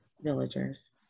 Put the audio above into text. villagers